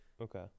Okay